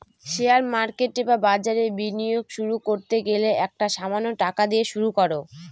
share market বা বাজারে বিনিয়োগ শুরু করতে গেলে একটা সামান্য টাকা দিয়ে শুরু করো